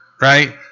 right